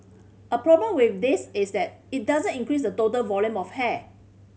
a problem with this is that it doesn't increase the total volume of hair